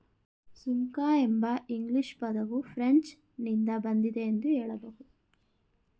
ಸುಂಕ ಎಂಬ ಇಂಗ್ಲಿಷ್ ಪದವು ಫ್ರೆಂಚ್ ನಿಂದ ಬಂದಿದೆ ಎಂದು ಹೇಳಬಹುದು